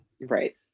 right